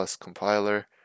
compiler